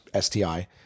STI